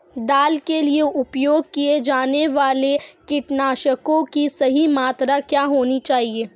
दाल के लिए उपयोग किए जाने वाले कीटनाशकों की सही मात्रा क्या होनी चाहिए?